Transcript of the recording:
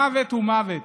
מוות הוא מוות,